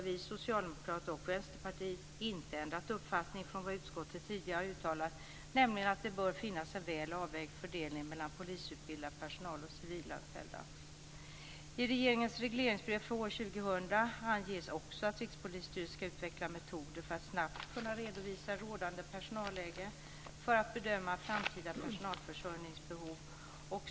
Vi socialdemokrater och Vänsterpartiet har inte ändrat uppfattning i förhållande till vad utskottet tidigare har uttalat, nämligen att det bör finnas en väl avvägd fördelning mellan polisutbildad personal och civilanställda. I regeringens regleringsbrev för år 2000 anges också att Rikspolisstyrelsen ska utveckla metoder för att snabbt kunna redovisa rådande personalläge för att bedöma framtida personalförsörjningsbehov.